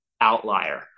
outlier